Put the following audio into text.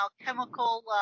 alchemical